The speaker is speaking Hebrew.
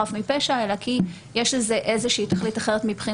לצאת חף מפשע אלא גם כי יש בזה איזושהי תכלית אחרת.